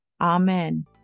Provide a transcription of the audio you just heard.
amen